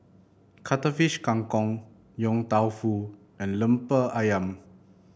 Cuttlefish Kang Kong Yong Tau Foo and lemper ayam